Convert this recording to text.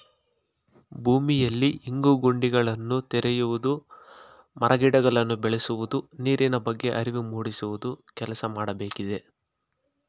ಭೂಮಿಯಲ್ಲಿ ಇಂಗು ಗುಂಡಿಯನ್ನು ತೆರೆಯುವುದು, ಮರ ಗಿಡಗಳನ್ನು ಬೆಳೆಸುವುದು, ನೀರಿನ ಬಗ್ಗೆ ಅರಿವು ಮೂಡಿಸುವ ಕೆಲಸ ಮಾಡಬೇಕಿದೆ